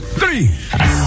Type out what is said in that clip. three